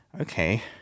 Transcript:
okay